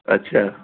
अच्छा